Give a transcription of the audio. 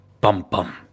Bum-bum